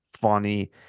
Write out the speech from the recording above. funny